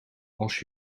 als